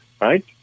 right